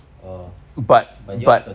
oh but yours was